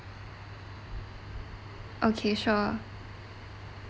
okay sure